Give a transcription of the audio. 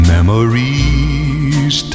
Memories